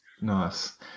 Nice